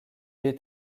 est